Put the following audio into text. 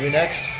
next.